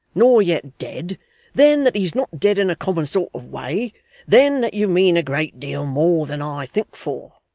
nor yet dead then, that he's not dead in a common sort of way then, that you mean a great deal more than i think for.